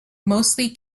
mostly